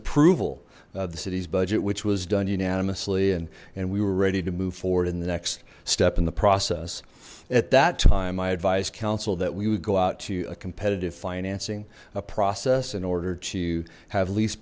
approval of the city's budget which was done unanimously and and we were ready to move forward in the next step in the process at that time i advised council that we would go out to a competitive financing a process in order to have leas